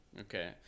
okay